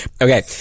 Okay